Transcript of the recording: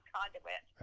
Conduit